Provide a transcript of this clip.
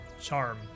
charm